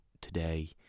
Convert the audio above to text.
today